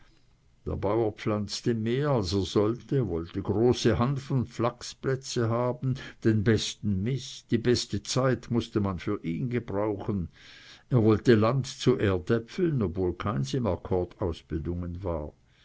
der bauer pflanzte mehr als er sollte wollte große hanf und flachsplätze haben den besten mist die beste zeit mußte man für ihn gebrauchen wollte land zu erdäpfeln obgleich keins im akkord ausbedungen war